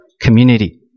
community